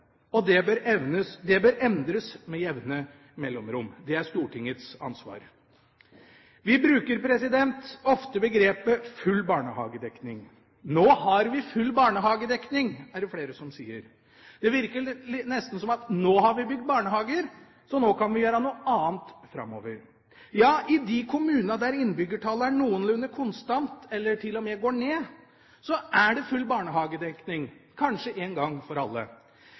og de bør endres med jevne mellomrom. Det er Stortingets ansvar. Vi bruker ofte begrepet «full barnehagedekning.» Nå har vi full barnehagedekning, er det flere som sier. Det virker nesten som at nå har vi bygd barnehager, så nå kan vi gjøre noe annet framover. Ja, i de kommunene der innbyggertallet er noenlunde konstant, eller til og med går ned, er det full barnehagedekning – kanskje en gang for alle.